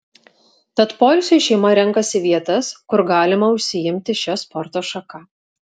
tad poilsiui šeima renkasi vietas kur galima užsiimti šia sporto šaka